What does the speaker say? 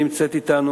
שנמצאת אתנו.